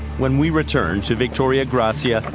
when we return to victoria gracia,